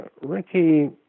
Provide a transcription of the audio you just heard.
Ricky